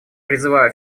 призываю